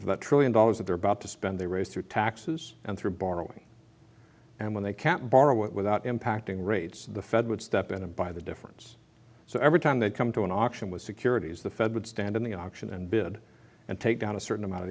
to the trillion dollars that they're about to spend they raise through taxes and through borrowing and when they can't borrow without impacting rates the fed would step in and buy the difference so every time they come to an auction with securities the fed would stand in the auction and bid and take down a certain amount of